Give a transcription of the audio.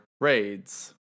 raids